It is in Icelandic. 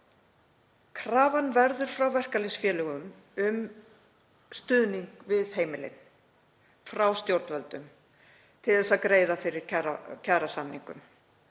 Krafa verður frá verkalýðsfélögum um stuðning við heimilin frá stjórnvöldum til að greiða fyrir kjarasamningum.